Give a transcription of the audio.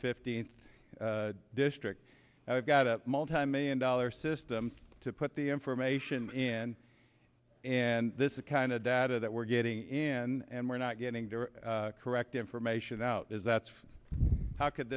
fifteenth district i've got a multimillion dollar system to put the information in and this is kind of data that we're getting in and we're not getting correct information out is that's how could